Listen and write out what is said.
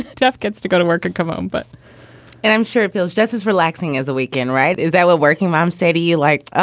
jeff gets to go to work and come home but and i'm sure it feels just as relaxing as a weekend, right? is that what working moms say to you? like,